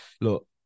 look